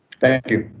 thank you.